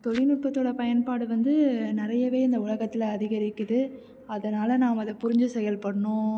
தொழில்நுட்பத்தோடய பயன்பாடு வந்து நிறையவே இந்த உலகத்தில் அதிகரிக்குது அதனால் நாம் அதை புரிஞ்சு செயல்படணும்